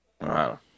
Wow